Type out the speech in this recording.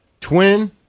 Twin